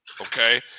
okay